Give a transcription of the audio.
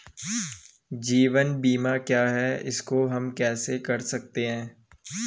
जीवन बीमा क्या है इसको हम कैसे कर सकते हैं?